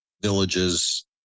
villages